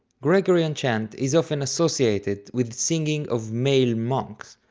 gregorian chant is often associated with singing of male monks,